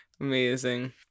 Amazing